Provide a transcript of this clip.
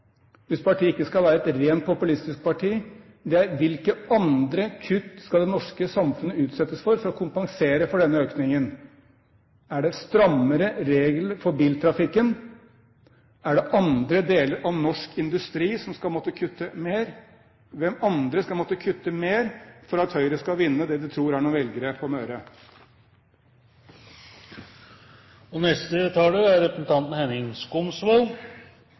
hvis partiet ikke skal være et rent populistisk parti, er: Hvilke andre kutt skal det norske samfunnet utsettes for for å kompensere for denne økningen? Er det strammere regler for biltrafikken? Er det andre deler av norsk industri som skal måtte kutte mer? Hvem andre skal måtte kutte mer for at Høyre skal vinne det de tror er noen velgere på Møre? Representanten Henriksen sier at Fremskrittspartiet og Høyre har en frikobling mellom energipolitikk og klimapolitikk, men er